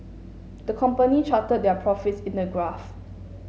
the company charted their profits in a graph